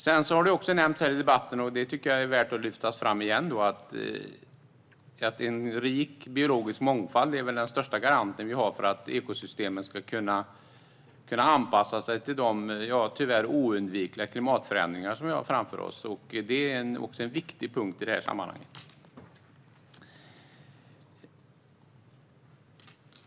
Det har också nämnts i debatten, och det tycker jag är värt att lyfta fram igen, att en rik biologisk mångfald är den största garanten vi har för att ekosystemen ska kunna anpassa sig till de tyvärr oundvikliga klimatförändringar som vi har framför oss. Det är också en viktig punkt i sammanhanget.